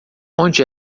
onde